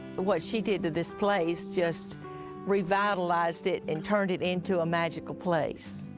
what she did to this place just revitalized it and turned it into a magical place.